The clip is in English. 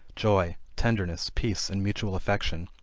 joy, tenderness, peace and mutual affection.